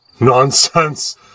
Nonsense